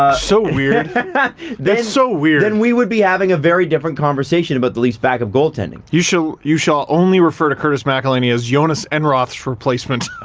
ah so weird that's so weird. then we would be having a very different conversation about the leafs back-up goaltending. you shall you shall only refer to curtis mcelhinney as jhonas enroth's replacement.